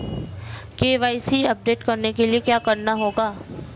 KYC update करने के लिए क्या करना होगा?